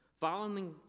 following